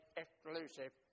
exclusive